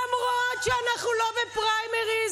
למרות שאנחנו לא בפריימריז,